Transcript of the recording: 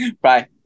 Bye